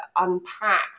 unpack